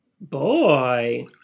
Boy